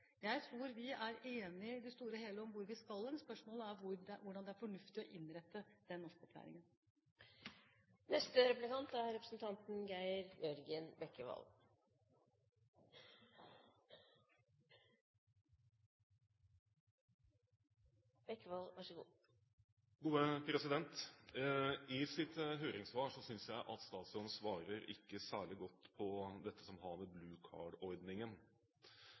Jeg tror vi i det store og hele er enige om hvor vi skal hen. Spørsmålet er hvordan det er fornuftig å innrette norskopplæringen. Jeg synes ikke statsråden i sitt svarbrev svarer særlig godt på det som har med